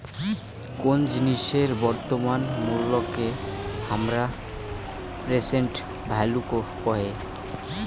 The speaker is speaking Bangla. কোন জিনিসের বর্তমান মুল্যকে হামরা প্রেসেন্ট ভ্যালু কহে